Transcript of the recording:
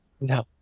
No